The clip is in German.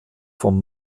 vom